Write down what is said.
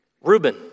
Reuben